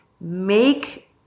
make